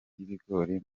y’ibigori